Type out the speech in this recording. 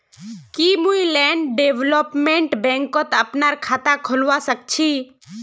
की मुई land development बैंकत अपनार खाता खोलवा स ख छी?